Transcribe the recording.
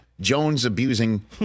Jones-abusing